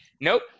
Nope